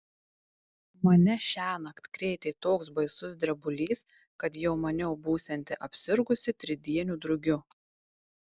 mane šiąnakt krėtė toks baisus drebulys kad jau maniau būsianti apsirgusi tridieniu drugiu